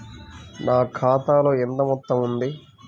నా ఖాతాలో ఎంత మొత్తం ఉంది?